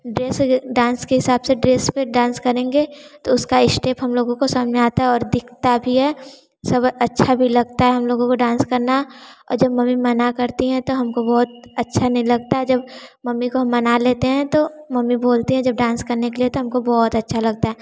dress dance के हिसाब से ड्रेस पे डांस करेंगे तो उसका स्टेप हम लोगों को समझ में आता है और दिखता भी है सब अच्छा भी लगता है हम लोगों को डांस करना जब मम्मी मना करती है तो हमको बहुत अच्छा नहीं लगता जब मम्मी को मना लेते हैं तो मम्मी बोलते हैं जब डांस करने के लिए तो हमको बहुत अच्छा लगता है